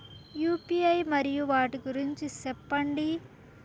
UPI మరియు వాటి గురించి సెప్పండి?